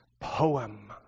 poem